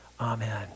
Amen